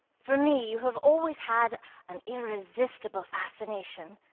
for me you have always had an irresistible fascination.